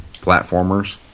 platformers